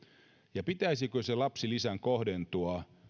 ja pitäisikö sen lapsilisän kohdentua